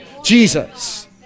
Jesus